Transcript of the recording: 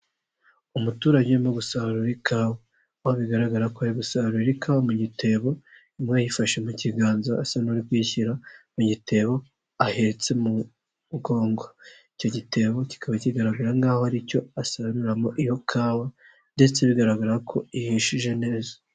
Umuturage urimo gusarura ikawa, aho bigaragara ko ari gusarura ikawa mu gitebo, imwe ayifashe mu kiganza asa n'uri kuyishyira mu gitebo ahetse mu mugongo, icyo gitebo kikaba kigaragara nk'aho aricyo asaruramo iyo kawa ndetse bigaragara ko ihishije neza.